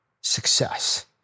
success